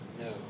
No